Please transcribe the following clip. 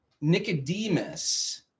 Nicodemus